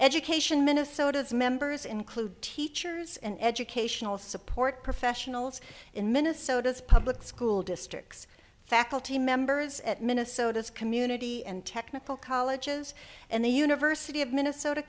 education minnesota's members include teachers and educational support professionals in minnesota's public school districts faculty members at minnesota's community and technical colleges and the university of minnesota